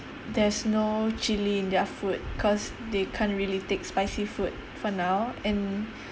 there's no chilli in their food because they can't really take spicy food for now and